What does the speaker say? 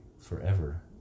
forever